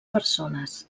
persones